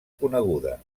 coneguda